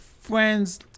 friends